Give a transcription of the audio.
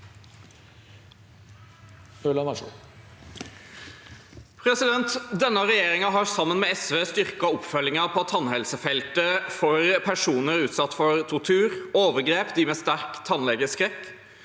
(A) Regjeringen har sammen med SV styrket oppfølgingen på tannhelsefeltet for personer utsatt for tortur eller overgrep og dem med sterk tannlegeskrekk.